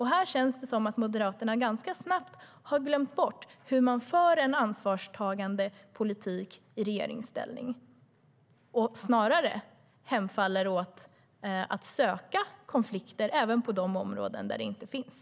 Här känns det som om Moderaterna ganska snabbt har glömt bort hur man för en ansvarstagande politik i regeringsställning och snarare hemfaller åt att söka konflikter även på de områden där det inte finns.